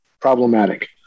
problematic